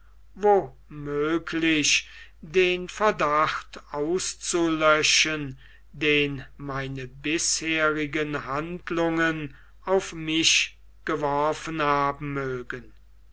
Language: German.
wo möglich den verdacht auszulöschen den meine bisherigen handlungen auf mich geworfen haben mögen